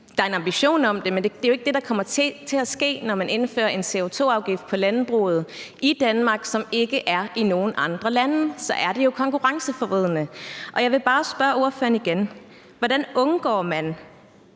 Der er en ambition om det, men det er jo ikke det, der kommer til at ske, når man indfører en CO2-afgift på landbruget i Danmark, som der ikke er i nogen andre lande. Så er det jo konkurrenceforvridende. Jeg vil bare spørge ordføreren igen: Hvordan undgår man,